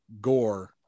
Gore